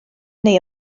neu